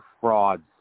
frauds